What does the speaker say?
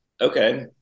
Okay